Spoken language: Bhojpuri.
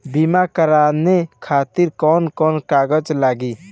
बीमा कराने खातिर कौन कौन कागज लागी?